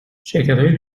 شرکتهای